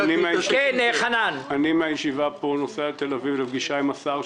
אני מהישיבה פה נוסע לתל אביב לפגישה עם השר,